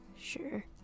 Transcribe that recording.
Sure